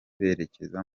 berekeza